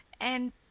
and